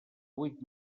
vuit